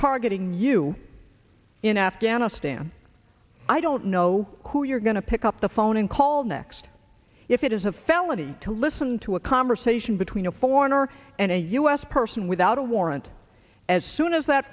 targeting you in afghanistan i don't know who you're going to pick up the phone and call next if it is a felony to listen to a conversation between a foreigner and a u s person without a warrant as soon as that